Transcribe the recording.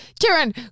Karen